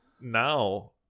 now